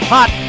Hot